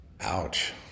Ouch